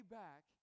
back